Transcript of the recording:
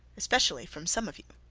especially from some of you.